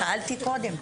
שאלתי קודם.